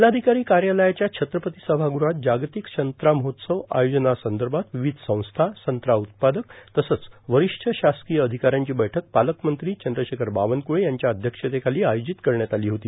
जिल्हाधिकारो कायालयाच्या छत्रपती सभागृहात जार्गातक संत्रा महोत्सव आयोजनासंदभात र्वावध संस्था संत्रा उत्पादक तसंच र्वारष्ठ शासकोय र्अाधकाऱ्यांची बैठक पालकमंत्री चंद्रशेखर बावनक्ळे यांच्या अध्यक्षतेखालो आयोजित करण्यात आलो होती